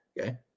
Okay